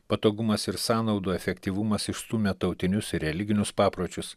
patogumas ir sąnaudų efektyvumas išstūmė tautinius ir religinius papročius